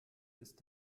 ist